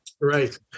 Right